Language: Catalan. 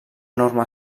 enorme